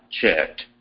checked